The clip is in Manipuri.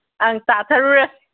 ꯑꯪ ꯆꯥꯊꯔꯨꯔꯁꯤ